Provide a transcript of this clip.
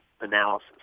analysis